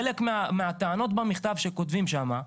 חלק מהטענות במכתב שכותבים שם,